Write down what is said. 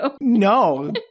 No